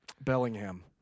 bellingham